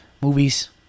movies